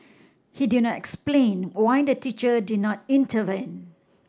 he did not explain why the teacher did not intervene